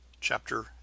Chapter